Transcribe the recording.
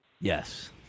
Yes